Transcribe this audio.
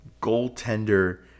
goaltender